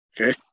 Okay